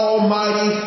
Almighty